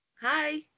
hi